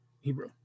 Hebrew